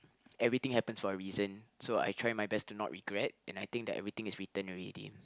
everything happens for a reason so I try my best to not regret and I think that everything is written already